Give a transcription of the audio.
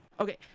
Okay